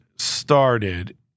started